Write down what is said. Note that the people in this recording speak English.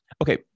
okay